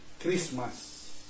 Christmas